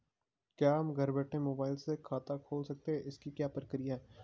क्या हम घर बैठे मोबाइल से खाता खोल सकते हैं इसकी क्या प्रक्रिया है?